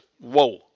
whoa